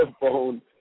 phone